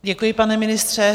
Děkuji, pane ministře.